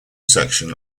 section